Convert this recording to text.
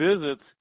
visits